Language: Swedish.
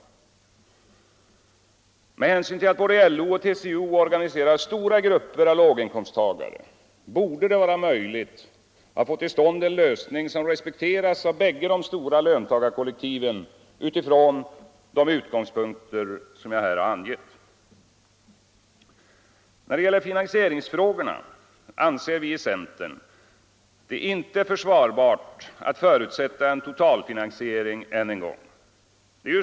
Med hänsyn till att både LO och TCO organiserar stora grupper av låginkomsttagare borde det vara möjligt att få till stånd en lösning som respekteras av bägge de stora löntagarkollektiven utifrån de utgångspunkter som jag här har angett. När det gäller finansieringsfrågorna anser vi i centern det inte försvarbart att förutsätta en ”totalfinansiering” än en gång.